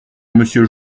monsieur